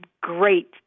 great